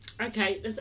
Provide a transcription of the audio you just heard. Okay